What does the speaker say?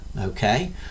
okay